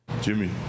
Jimmy